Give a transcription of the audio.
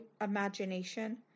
imagination